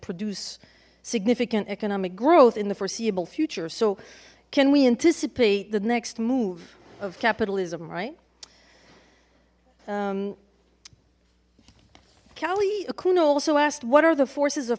produce significant economic growth in the foreseeable future so can we anticipate the next move of capitalism right kali akuno also asked what are the forces of